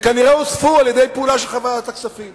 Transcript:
הם כנראה הוספו על-ידי פעולה של חברי ועדת הכספים.